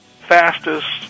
fastest